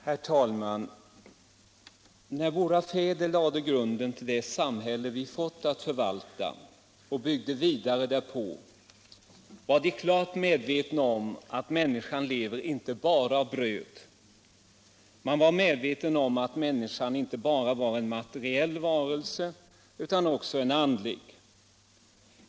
Herr talman! När våra fåder lade grunden till det samhälle vi fått att förvalta och byggde vidare därpå, var de klart medvetna om att människan lever inte bara av bröd. De var medvetna om att människan inte bara var en materiell varelse utan också en andlig.